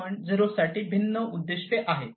0 साठी भिन्न उद्दीष्टे आहेत